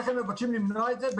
איך הם מבקשים למנוע את זה?